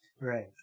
right